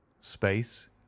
space